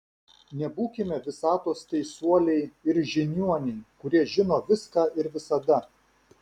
nebūkime visatos teisuoliai ir žiniuoniai kurie žino viską ir visada